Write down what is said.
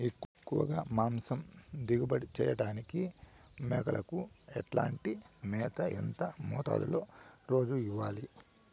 ఎక్కువగా మాంసం దిగుబడి చేయటానికి మేకలకు ఎట్లాంటి మేత, ఎంత మోతాదులో రోజు ఇవ్వాలి?